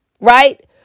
right